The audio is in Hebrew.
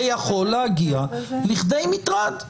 זה יכול להגיע לכדי מטרד.